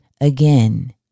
again